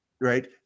right